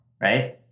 right